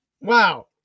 Wow